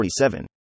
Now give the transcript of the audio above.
47